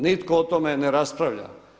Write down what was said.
Nitko o tome ne raspravlja.